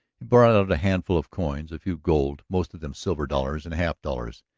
he brought out a handful of coins. a few gold, most of them silver dollars and half-dollars,